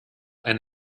and